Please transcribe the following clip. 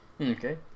Okay